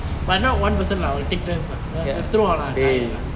but not one person lah will take turns lah so செத்துருவொம்லா:sethuruvomla tired lah